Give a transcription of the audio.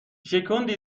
شکوندی